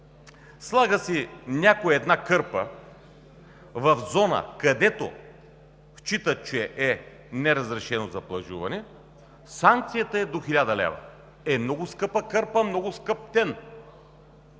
слага си някой една кърпа в зона, където счита, че не е разрешено за плажуване – санкцията е до 1000 лева. Е, много скъпа кърпа! Много скъп тен!